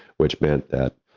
which meant that,